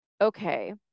okay